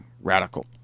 radical